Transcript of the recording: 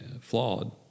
flawed